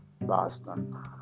Boston